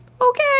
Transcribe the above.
Okay